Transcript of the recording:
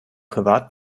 privat